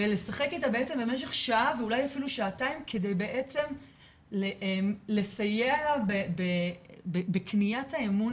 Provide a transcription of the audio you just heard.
ולשחק איתה בעצם במשך שעה ואולי אפילו שעתיים כדי לסייע לה בקניית האמון